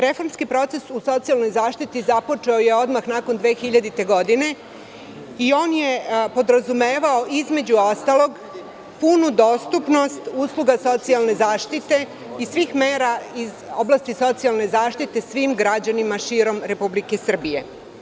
Reformski proces u socijalnoj zaštiti započeo je odmah nakon 2000. godine i on je podrazumevao, između ostalog, punu dostupnost usluga socijalne zaštite i svih mera iz oblasti socijalne zaštite svim građanima širom Republike Srbije.